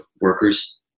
workers